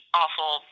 awful